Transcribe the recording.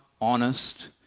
honest